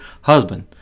husband